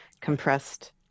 compressed